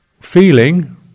Feeling